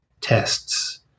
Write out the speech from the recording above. tests